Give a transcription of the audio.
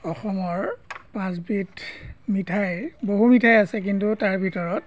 অসমৰ পাঁচবিধ মিঠাইৰ বহু মিঠাই আছে কিন্তু তাৰ ভিতৰত